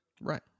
right